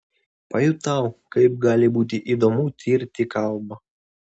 pajutau kaip gali būti įdomu tirti kalbą